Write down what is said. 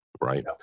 right